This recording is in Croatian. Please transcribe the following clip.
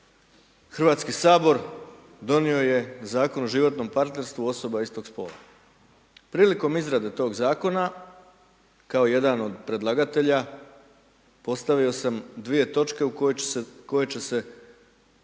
Hrvatski sabor donio je Zakon o životnom partnerstvu osoba istog spola. Prilikom izrade tog Zakona, kao jedan od predlagatelja, postavio sam dvije točke koje će se držati